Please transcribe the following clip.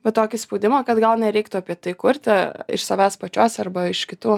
va tokį spaudimą kad gal nereiktų apie tai kurti iš savęs pačios arba iš kitų